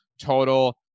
total